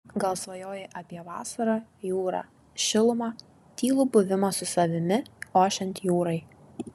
gal svajoji apie vasarą jūrą šilumą tylų buvimą su savimi ošiant jūrai